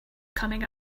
coming